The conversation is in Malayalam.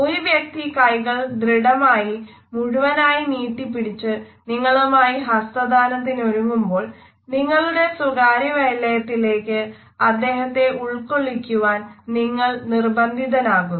ഒരു വ്യക്തി കൈകൾ ദൃഢമായി മുഴുവനായും നീട്ടി പിടിച്ചു നിങ്ങളുമായി ഹസ്തദാനത്തിനു ഒരുങ്ങുമ്പോൾ നിങ്ങളുടെ സ്വകാര്യവലയത്തിലേക്ക് അദ്ദേഹത്തെ ഉൾകൊള്ളിക്കുവാൻ നിങ്ങൾ നിർബന്ധിതനാകുന്നു